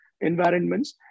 environments